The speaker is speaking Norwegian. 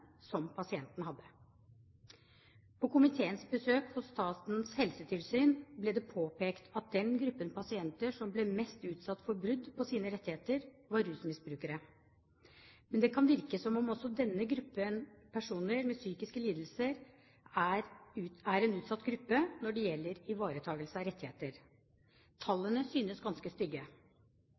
som pasienten hadde. Under komiteens besøk hos Statens helsetilsyn ble det påpekt at den gruppen pasienter som var mest utsatt for brudd på sine rettigheter, var rusmisbrukere. Men det kan virke som om også gruppen personer med psykiske lidelser er en utsatt gruppe når det gjelder ivaretakelse av rettigheter. Tallene synes å være ganske